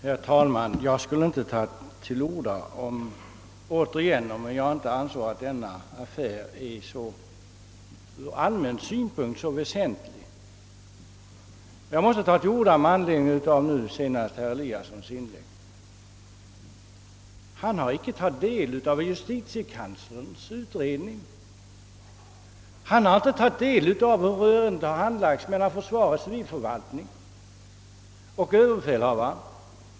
Herr talman! Jag skulle inte återigen ha tagit till orda om jag inte anser att denna affär från allmän synpunkt är så väsentlig. Jag måste nu begära ordet med anledning av herr Eliassons senaste inlägg. Herr Eliasson har icke tagit del av justitiekanslerns utredning. Han har icke tagit reda på hur ärendet handlagts mellan försvarets civilförvaltning och överbefälhavaren.